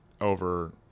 over